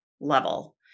level